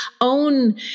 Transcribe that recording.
own